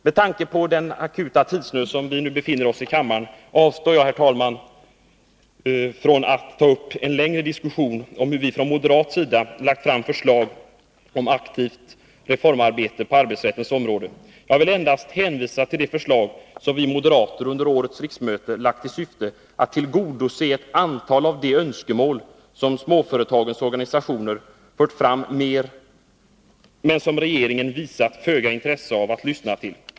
Med tanke på den akuta tidsnöd som vi befinner oss i avstår jag från att ta upp en längre diskussion om de motioner som vi från moderat sida har väckt om ett aktivt reformarbete på arbetsrättens område. Jag vill endast hänvisa till de förslag som vi moderater under årets riksmöte har lagt fram i syfte att tillgodose ett antal av de önskemål som småföretagens organisationer har fört fram men som regeringen har visat föga intresse av att lyssna till.